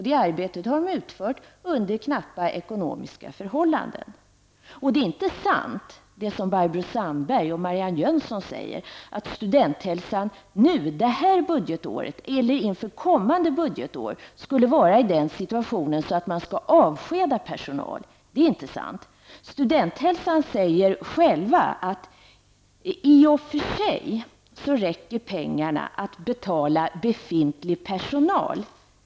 Det arbetet har de utfört under knappa ekonomiska förhållanden. Det som Barbro Sandberg och Marianne Jönsson säger är inte sant, att studenthälsan inför kommande budgetår skulle vara i den situationen att man skulle avskeda personal. Det är inte sant. Studenthälsan säger själv att pengarna i och för sig räcker till att betala befintlig personal.